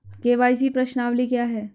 KYC प्रश्नावली क्या है?